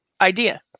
idea